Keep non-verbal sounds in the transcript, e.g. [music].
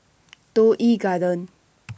[noise] Toh Yi Garden [noise]